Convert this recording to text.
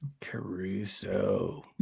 Caruso